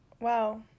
Wow